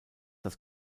das